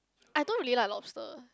I don't really like lobster